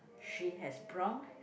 she has brown